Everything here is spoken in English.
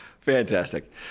Fantastic